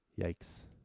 yikes